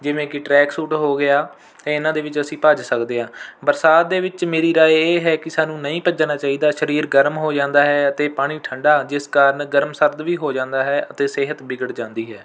ਜਿਵੇਂ ਕਿ track suit ਹੋ ਗਿਆ ਇਹਨਾਂ ਦੇ ਵਿੱਚ ਅਸੀਂ ਭੱਜ ਸਕਦੇ ਹਾਂ ਬਰਸਾਤ ਦੇ ਵਿੱਚ ਮੇਰੀ ਰਾਏ ਇਹ ਹੈ ਕਿ ਸਾਨੂੰ ਨਹੀਂ ਭੱਜਣਾ ਚਾਹੀਦਾ ਸਰੀਰ ਗਰਮ ਹੋ ਜਾਂਦਾ ਹੈ ਅਤੇ ਪਾਣੀ ਠੰਡਾ ਜਿਸ ਕਾਰਨ ਗਰਮ ਸਰਦ ਵੀ ਹੋ ਜਾਂਦਾ ਹੈ ਅਤੇ ਸਿਹਤ ਵਿਗੜ ਜਾਂਦੀ ਹੈ